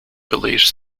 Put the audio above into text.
believes